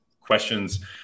Questions